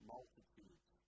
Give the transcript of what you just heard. Multitudes